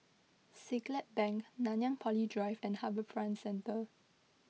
Siglap Bank Nanyang Poly Drive and HarbourFront Centre